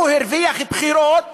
הוא הרוויח בחירות